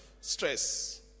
stress